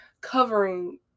covering